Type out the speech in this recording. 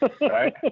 Right